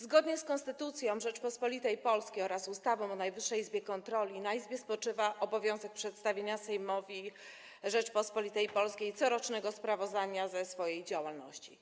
Zgodnie z Konstytucją Rzeczypospolitej Polskiej oraz ustawą o Najwyższej Izbie Kontroli na izbie spoczywa obowiązek przedstawienia Sejmowi Rzeczypospolitej Polskiej corocznego sprawozdania ze swojej działalności.